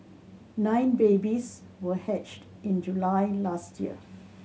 nine babies were hatched in July last year